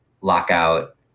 lockout